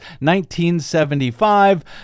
1975